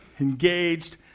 engaged